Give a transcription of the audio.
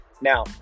Now